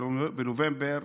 בנובמבר